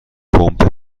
پمپ